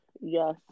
Yes